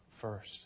first